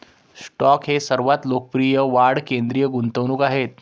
stock हे सर्वात लोकप्रिय वाढ केंद्रित गुंतवणूक आहेत